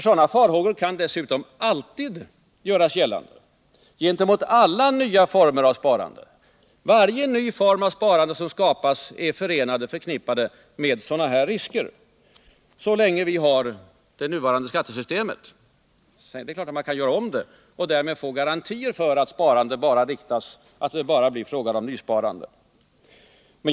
Sådana farhågor kan dessutom alltid göras gällande gentemot alla nya former av sparande. Varje ny form av sparande som skapas är förknippad med sådana risker så länge vi har det nuvarande skattesystemet. Det är klart att man kan göra om skattesystemet och därmed få garanti för att det bara blir fråga om nysparande.